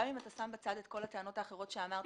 גם אם אתה שם בצד את כל הטענות האחרות שאמרתי,